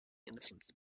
influenced